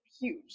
huge